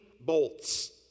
bolts